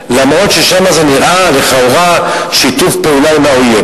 למרות ששם זה נראה לכאורה שיתוף פעולה עם האויב.